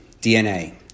DNA